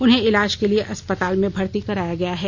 उन्हें इलाज के लिए अस्पताल में भर्त्ती कराया गया है